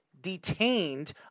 ...detained